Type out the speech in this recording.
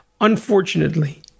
Unfortunately